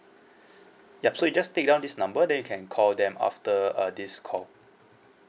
yup so you just take down this number then you can call them after uh this call